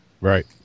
Right